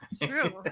True